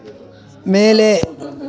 ಮೇಲೆ